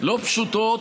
לא פשוטות,